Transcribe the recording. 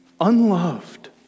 unloved